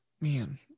man